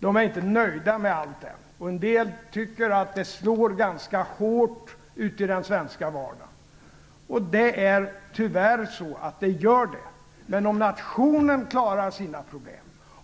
De är inte nöjda med allt än, och en del tycker att det slår ganska hårt ute i den svenska vardagen. Det gör det tyvärr. Men om nationen klarar sina problem